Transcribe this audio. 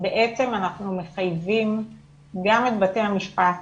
בעצם אנחנו מחייבים גם את בתי המשפט